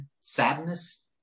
sadness